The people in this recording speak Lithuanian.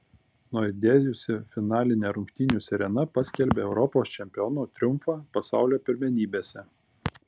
nuaidėjusi finalinė rungtynių sirena paskelbė europos čempionų triumfą pasaulio pirmenybėse